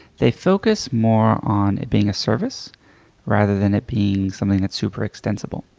they focus more on it being a service rather than it being something that's super extensible.